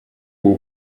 will